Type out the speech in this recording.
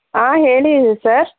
ಹಾಂ ಹೇಳಿ ಸರ್